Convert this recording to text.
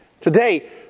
Today